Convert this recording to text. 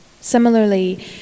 Similarly